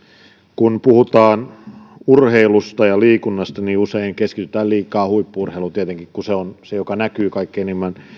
kun puhutaan urheilusta ja liikunnasta niin usein keskitytään liikaa huippu urheiluun tietenkin kun se on se joka näkyy kaikkein eniten